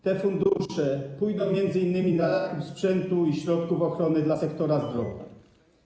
Te fundusze pójdą m.in. na zakup sprzętu i środków ochrony dla sektora zdrowia.